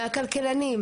מהכלכלנים,